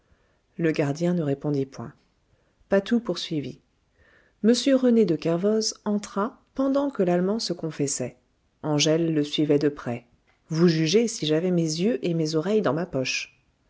le gardien ne répondit point patou poursuivit m rené de kervoz entra pendant que l'allemand se confessait angèle le suivait de près vous jugez si j'avais mes yeux et mes oreilles dans ma poche